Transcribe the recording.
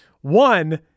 One